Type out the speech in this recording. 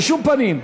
בשום פנים.